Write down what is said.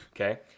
okay